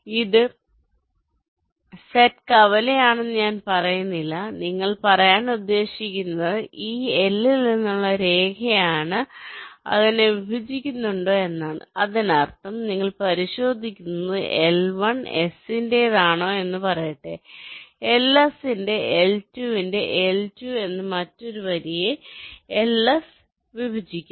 ഞങ്ങൾ പറയുന്നു ഇത് സെറ്റ് കവലയാണെന്ന് ഞാൻ പറയുന്നില്ല നിങ്ങൾ പറയാൻ ഉദ്ദേശിക്കുന്നത് ഈ L ൽ നിന്നുള്ള രേഖയാണ് അതിനെ വിഭജിക്കുന്നുണ്ടോ എന്നാണ് അതിനർത്ഥം നിങ്ങൾ പരിശോധിക്കുന്നത് L1 S ന്റെതാണോ എന്ന് പറയട്ടെ LS ന്റെ L2 ന്റെ L2 എന്ന മറ്റൊരു വരിയെ LS വിഭജിക്കുന്നു